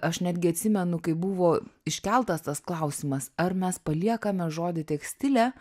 aš netgi atsimenu kai buvo iškeltas tas klausimas ar mes paliekame žodį tekstilė